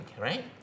right